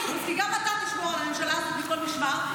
פינדרוס כי גם אתה תשמור על הממשלה הזאת מכל משמר,